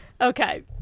Okay